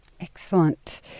Excellent